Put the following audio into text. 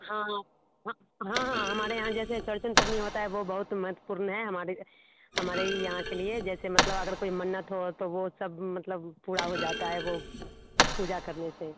हाँ हँ हाँ हाँ हमारे यहाँ जैसे चरचन पबनी होता है वह बहुत महत्वपूर्ण है हमारे हमारे यहाँ के लिए जैसे मतलब अगर कोई मन्नत हो तो वह सब मतलब पूरी हो जाता है वह पूजा करने से